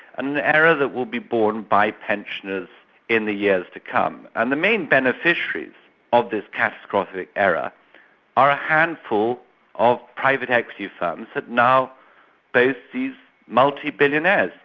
an error that will be borne by pensioners in the years to come, and the main beneficiaries of this catastrophic error are a handful of private equity funds that now boast these multi-billionaires.